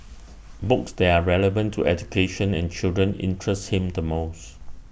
books that are relevant to education and children interest him the most